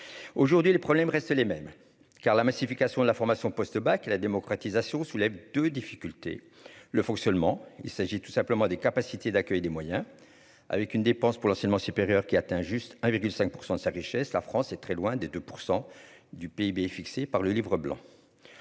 aujourd'hui les problèmes restent les mêmes, car la massification de la formation post-bac et la démocratisation soulève de difficultés, le fonctionnement, il s'agit tout simplement des capacités d'accueil des moyens avec une dépense pour l'enseignement supérieur qui atteint juste 1 virgule 5 % de sa richesse, la France est très loin des 2 % du PIB fixé par le Livre blanc